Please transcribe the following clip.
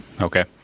Okay